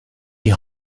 die